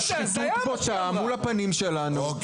זו שחיתות בוטה מול הפנים שלנו.